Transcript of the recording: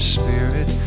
spirit